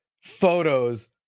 photos